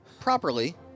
Properly